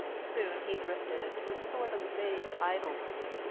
soon he drifted into a sort of vague idleness,